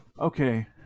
okay